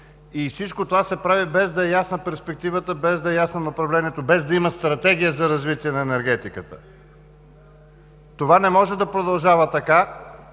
Всичко това се прави, без да е ясна перспективата, без да е ясно направлението, без да има стратегия за развитие на енергетиката. Това не може да продължава така,